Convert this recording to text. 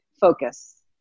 focus